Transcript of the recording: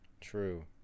true